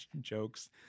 jokes